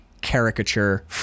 caricature